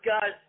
guys